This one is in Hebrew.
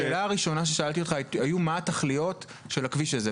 השאלה הראשונה ששאלתי אותך הייתה מה הן התכליות של הכביש הזה.